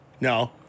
No